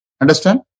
Understand